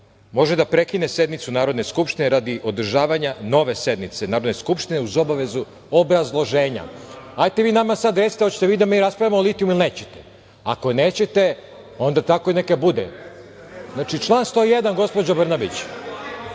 može da prekine sednicu Narodne skupštine radi održavanja nove sednice Narodne skupštine uz obavezu obrazloženja“.Recite nam da li ćemo mi da raspravljamo o litijumu ili nećete? Ako nećete, onda tako i neka bude. Znači, član 101. gospođo Branabić...,